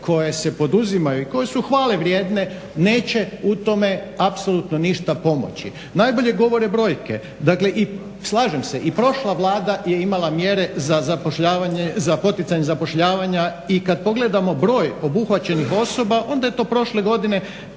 koje se poduzimaju i koje su hvalevrijedne neće u tome apsolutno ništa pomoći. Najbolje govore brojke. Slažem se i prošla Vlada je imala mjere za poticanje zapošljavanja i kad pogledamo broj obuhvaćenih osoba onda je to prošle godine